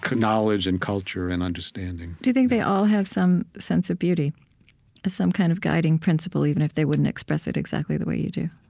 knowledge and culture and understanding do you think they all have some sense of beauty as some kind of guiding principle, even if they wouldn't express it exactly the way you do?